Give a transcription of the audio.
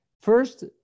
First